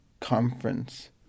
conference